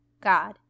God